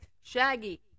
Shaggy